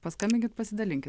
paskambinkit pasidalinkit